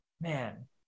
man